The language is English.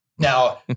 Now